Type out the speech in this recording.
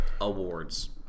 Awards